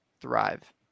thrive